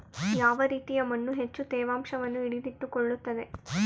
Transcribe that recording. ಯಾವ ರೀತಿಯ ಮಣ್ಣು ಹೆಚ್ಚು ತೇವಾಂಶವನ್ನು ಹಿಡಿದಿಟ್ಟುಕೊಳ್ಳುತ್ತದೆ?